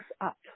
up